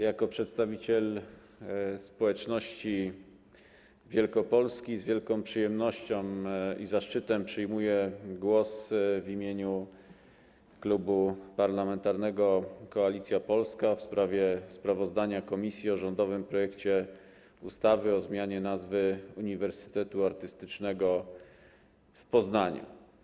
Jako przedstawiciel społeczności Wielkopolski z wielką przyjemnością i zaszczytem przyjmuję wypowiedzi przedstawiane w imieniu Klubu Parlamentarnego Koalicja Polska w sprawie sprawozdania komisji o rządowym projekcie ustawy o zmianie nazwy Uniwersytetu Artystycznego w Poznaniu.